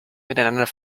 miteinander